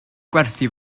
gwerthu